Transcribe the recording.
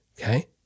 Okay